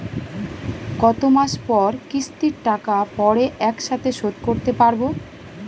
কত মাস পর কিস্তির টাকা পড়ে একসাথে শোধ করতে পারবো?